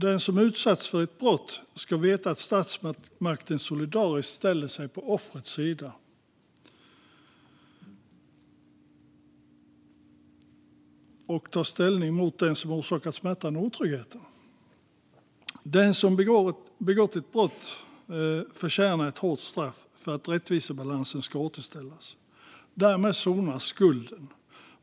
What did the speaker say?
Den som utsatts för ett brott ska veta att statsmakten solidariskt ställer sig på offrets sida och tar ställning mot den som orsakat smärtan och otryggheten. Den som begått ett grovt brott förtjänar ett hårt straff för att rättvisebalansen ska återställas. Därmed sonas skulden.